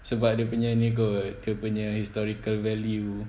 sebab dia punya ni kot dia punya historical value